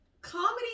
Comedy